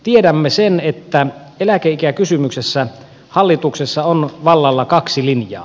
tiedämme sen että eläkeikäkysymyksessä hallituksessa on vallalla kaksi linjaa